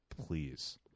Please